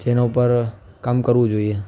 જેના ઉપર કામ કરવું જોઈએ